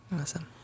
awesome